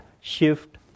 shift